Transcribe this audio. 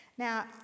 Now